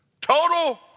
Total